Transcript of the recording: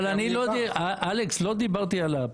אבל אני לא דיברתי על הפריסה.